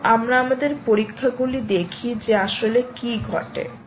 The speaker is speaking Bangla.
চলো আমরা আমাদের পরীক্ষাগুলি দেখি যে আসলে কি ঘটে